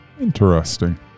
Interesting